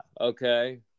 Okay